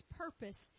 purpose